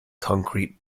concrete